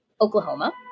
Oklahoma